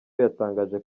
yatangaje